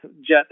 jet